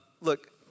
Look